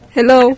Hello